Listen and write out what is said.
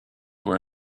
were